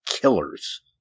Killers